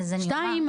שתיים,